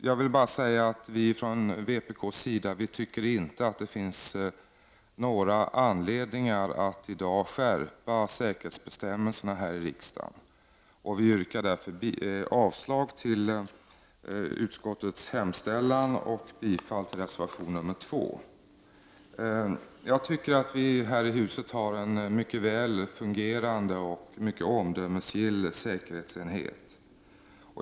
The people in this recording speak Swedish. Jag vill bara säga att vi från vpk inte tycker att det finns någon anledning att i dag skärpa säkerhetsbestämmelserna här i riksdagen. Vi yrkar därför avslag på utskottets hemställan och bifall till reservation 2. Jag tycker att vi här i huset har en mycket väl fungerande och mycket omdömesgill säkerhetsenhet.